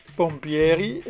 pompieri